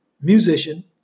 musician